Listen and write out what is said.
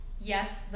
yes